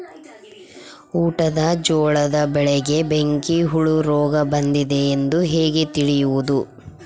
ಊಟದ ಜೋಳದ ಬೆಳೆಗೆ ಬೆಂಕಿ ಹುಳ ರೋಗ ಬಂದಿದೆ ಎಂದು ಹೇಗೆ ತಿಳಿಯುವುದು?